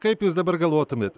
kaip jūs dabar galvotumėt